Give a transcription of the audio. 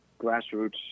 grassroots